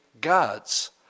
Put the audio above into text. gods